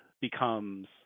becomes